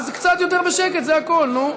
אז קצת יותר בשקט זה הכול, נו.